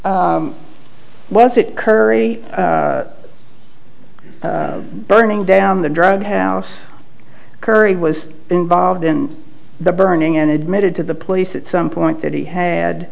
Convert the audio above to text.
was it curry burning down the drug house curry was involved in the burning and admitted to the police at some point that he had